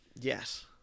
Yes